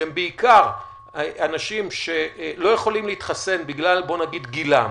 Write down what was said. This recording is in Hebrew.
שהם בעיקר אנשים שלא יכולים להתחסן בגלל גילם,